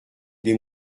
des